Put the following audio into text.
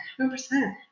100